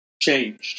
changed